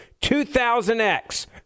2000X